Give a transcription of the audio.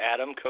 Adam